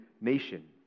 nation